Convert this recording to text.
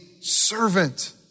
servant